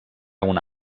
una